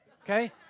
okay